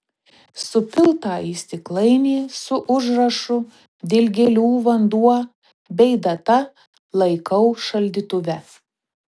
supiltą į stiklainį su užrašu dilgėlių vanduo bei data laikau šaldytuve